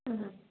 ꯎꯝꯍꯨꯝ